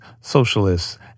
socialists